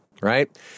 Right